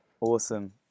Awesome